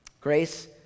Grace